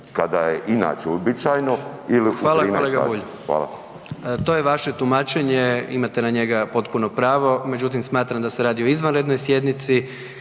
**Jandroković, Gordan (HDZ)** Hvala kolega Bulj. To je vaše tumačenje, imate na njega potpuno pravo, međutim smatram da se radi o izvanrednoj sjednici